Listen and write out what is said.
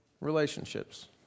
relationships